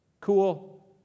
cool